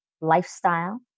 lifestyle